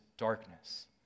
darkness